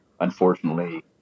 unfortunately